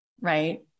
right